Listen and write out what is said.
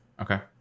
Okay